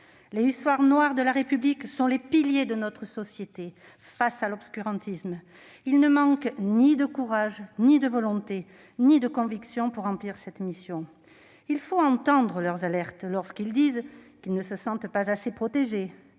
Les hussards noirs de la République sont les piliers de notre société face à l'obscurantisme. Ils ne manquent ni de courage, ni de volonté, ni de conviction pour remplir cette mission. Il faut entendre leurs alertes lorsqu'ils disent ne pas se sentir assez protégés